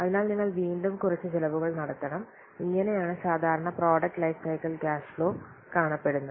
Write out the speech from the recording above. അതിനാൽ നിങ്ങൾ വീണ്ടും കുറച്ച് ചിലവുകൾ നടത്തണം ഇങ്ങനെയാണ് സാധാരണ പ്രോഡക്റ്റ് ലൈഫ് സൈക്കിൾ ക്യാഷ്ഫ്ലോ കാണപെടുന്നത്